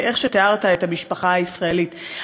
בתיאור המשפחה הישראלית,